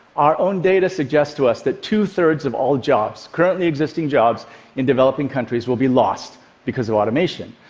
our own data suggest to us that two thirds of all jobs, currently existing jobs in developing countries, will be lost because of automation.